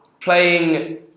playing